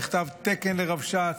נכתב תקן לרבש"ץ,